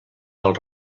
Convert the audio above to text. del